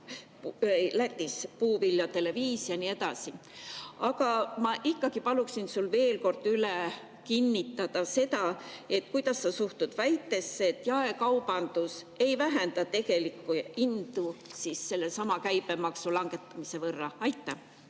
Lätis puuviljadele 5% ja nii edasi. Aga ma ikka paluksin sul veel kord üle kinnitada see, kuidas sa suhtud väitesse, et jaekaubandus ei vähenda tegelikke hindu sellesama käibemaksu langetamise võrra. Aitäh!